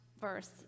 verse